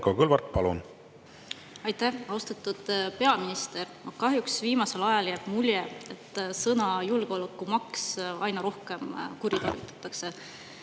Kovalenko-Kõlvart, palun! Aitäh! Austatud peaminister! Kahjuks viimasel ajal jääb mulje, et sõna "julgeolekumaks"aina rohkem kuritarvitatakse,